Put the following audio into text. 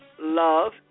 love